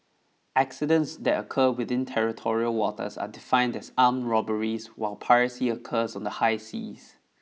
accidents that occur within territorial waters are defined as armed robberies while piracy occurs on the high seas